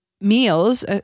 Meals